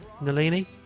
Nalini